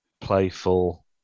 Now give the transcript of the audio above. playful